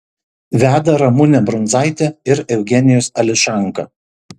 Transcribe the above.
veda ramunė brundzaitė ir eugenijus ališanka